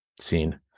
seen